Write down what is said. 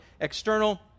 external